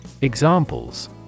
Examples